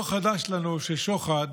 לא חדש לנו ששוחד